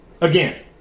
Again